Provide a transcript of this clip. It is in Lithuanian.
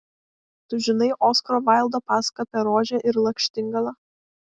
tu žinai oskaro vaildo pasaką apie rožę ir lakštingalą